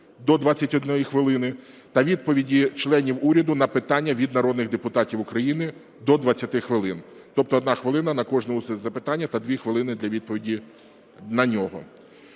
до 21 хвилини та відповіді членів уряду на питання від народних депутатів України – до 20 хвилин, тобто 1 хвилина на кожне запитання та 2 хвилини для відповіді на нього.